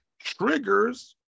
triggers